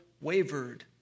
wavered